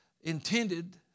intended